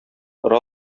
ора